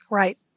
right